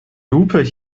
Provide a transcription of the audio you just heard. lupe